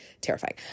terrifying